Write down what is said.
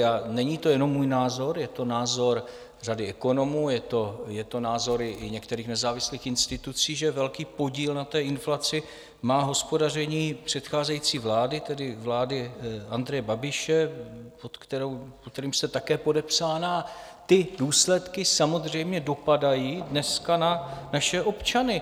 A není to jenom můj názor, je to názor řady ekonomů, je to názor i některých nezávislých institucí, že velký podíl na té inflaci má hospodaření předcházející vlády, tedy vlády Andreje Babiše, pod kterým jste také podepsána, a důsledky samozřejmě dopadají dneska na naše občany.